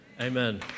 Amen